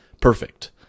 perfect